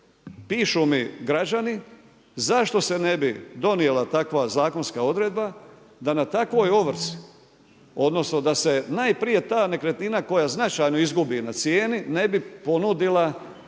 pišu mi građani zašto se ne bi donijela takva zakonska odredba da na takvoj ovrsi, odnosno da se najprije ta nekretnina koja značajno izgubi na cijeni ne bi ponudila dužniku,